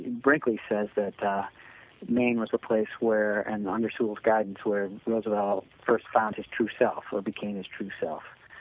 and brinkley says that maine was the place where and under sewall's guidance where roosevelt first found his true self or became his true self.